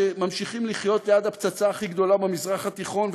שממשיכים לחיות ליד הפצצה הכי גדולה במזרח התיכון,